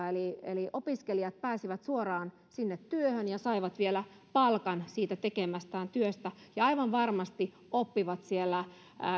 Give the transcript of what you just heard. eli eli opiskelijat pääsivät suoraan sinne työhön ja saivat vielä palkan siitä tekemästään työstä ja aivan varmasti oppivat siellä